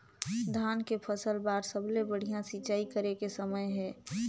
धान के फसल बार सबले बढ़िया सिंचाई करे के समय हे?